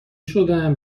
شدم